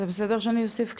זה בסדר שאני אוסיף קשישות?